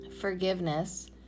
forgiveness